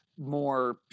More